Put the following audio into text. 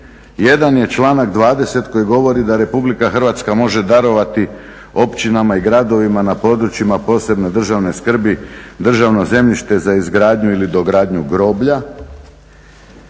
Jedan je članak 20. koji govori da Republika Hrvatska može darovati općinama i gradovima na područjima posebne državne skrbi državno zemljište za izgradnji ili dogradnju groblja.